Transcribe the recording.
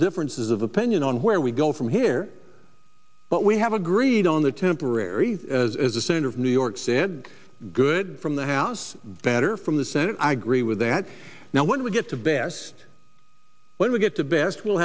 differences of opinion on where we go from here but we have agreed on the temporary as a senator of new york said good from the house better from the senate i agree with that now when we get the best when we get the best we'll